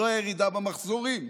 זו הירידה במחזורים.